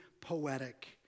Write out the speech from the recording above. poetic